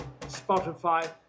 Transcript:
Spotify